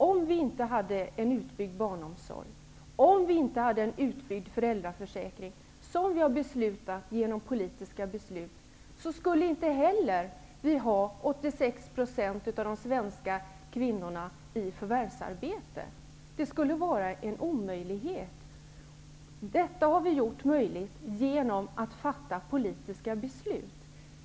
Om vi inte hade en utbyggd barnomsorg och föräldraförsäkring skulle vi inte heller ha 86 % av de svenska kvinnorna i förvärvsarbete -- det skulle vara en omöjlighet. Men detta har vi gjort möjligt genom att fatta politiska beslut.